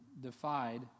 defied